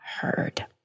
heard